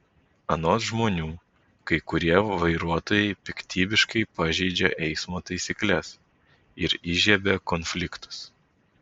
anot žmonių kai kurie vairuotojai piktybiškai pažeidžia eismo taisykles ir įžiebia konfliktus